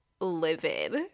livid